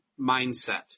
mindset